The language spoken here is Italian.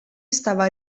stava